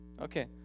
Okay